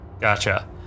Gotcha